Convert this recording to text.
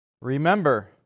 Remember